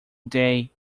day